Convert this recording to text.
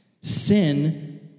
Sin